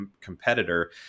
competitor